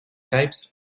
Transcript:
types